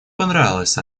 понравилась